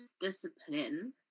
discipline